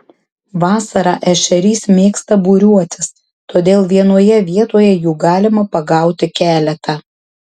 vasarą ešerys mėgsta būriuotis todėl vienoje vietoje jų galima pagauti keletą